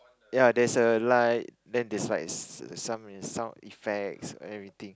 ya there's a light then there's like s~ sound sound effects and everything